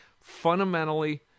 fundamentally